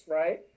right